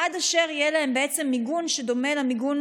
עד אשר יהיה להם בעצם מיגון שדומה למיגון